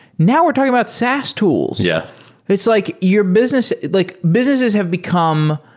now we're talking about saas tools. yeah it's like your business like businesses have become,